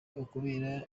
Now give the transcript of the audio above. ukubera